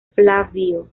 flavio